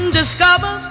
discover